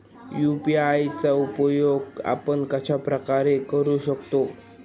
UPI चा उपयोग आपण कशाप्रकारे करु शकतो?